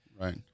Right